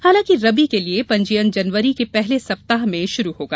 हालांकि रबी के लिए पंजीयन जनवरी के पहले सप्ताह में शुरू होगा